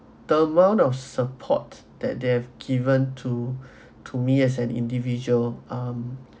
the amount of support that they've given to to me as an individual um